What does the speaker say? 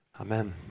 Amen